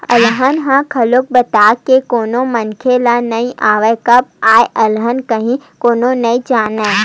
अलहन ह घलोक बता के कोनो मनखे ल नइ आवय, कब काय अलहन आही कोनो नइ जानय